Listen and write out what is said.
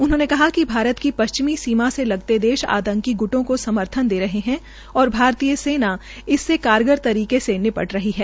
उन्हामें कहाकि भारत की पश्चिमी सीमा से लगते देश आंतकी ग्टों का समर्थन दे रही है और भारतीय सेना इससे कारगर तरीके से निपट रही है